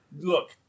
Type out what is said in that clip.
Look